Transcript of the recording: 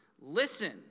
Listen